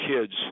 kids